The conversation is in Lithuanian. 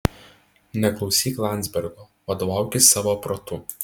neklausyk landzbergo vadovaukis savo protu